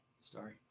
Sorry